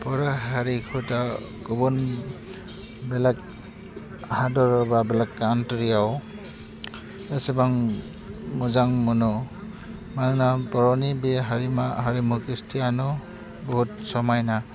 बर' हारिखौथ' गुबुन बेलेग हादर बा बेलेग कात्रीयाव एसेबां मोजां मोनो मानोना बर'नि बे हारिमु कृस्टीयानो बहुथ समायना